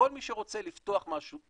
כל מי שרוצה לפתוח משהו,